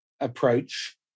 approach